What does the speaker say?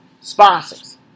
sponsors